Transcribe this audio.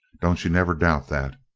don't you never doubt that!